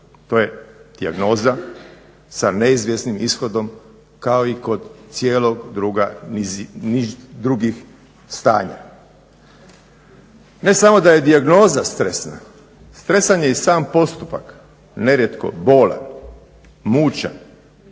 koja je dijagnoza sa neizvjesnim ishodom kao i kod cijelog niza drugih stanja. Ne samo da je dijagnoza stresna, stresan je i sam postupak, nerijetko bolan, mučan,